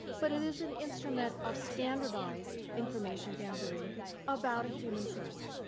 but it is an instrument of standardized information gathering about a human person,